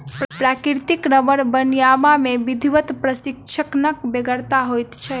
प्राकृतिक रबर बनयबा मे विधिवत प्रशिक्षणक बेगरता होइत छै